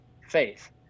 faith